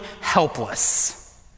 helpless